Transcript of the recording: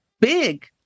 big